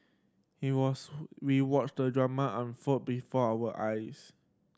he was we watched the drama unfold before our eyes